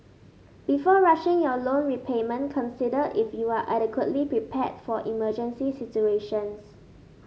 before rushing your loan repayment consider if you are adequately prepared for emergency situations